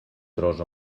tros